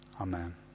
Amen